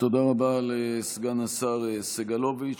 תודה רבה לסגן השר סגלוביץ'.